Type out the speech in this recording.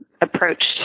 approached